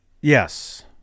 Yes